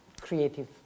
creative